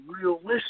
realistic